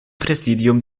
präsidium